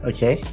Okay